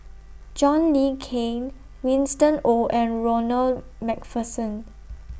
John Le Cain Winston Oh and Ronald MacPherson